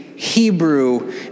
Hebrew